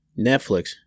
Netflix